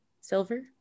Silver